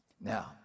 Now